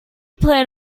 plan